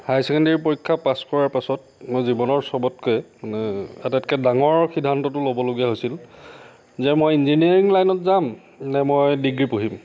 হাই secondary পৰীক্ষা pass কৰাৰ পাছত মোৰ জীৱনৰ সবতকৈ আটাইতকৈ ডাঙৰ সিদ্ধান্তটো ল'বলগীয়া হৈছিল যে মই ইঞ্জিনিয়াৰিং লাইনত যাম নে মই ডিগ্ৰী পঢ়িম